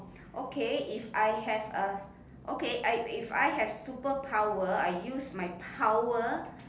okay if I have uh okay I if I have superpower I use my power